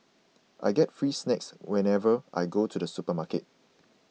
I get free snacks whenever I go to the supermarket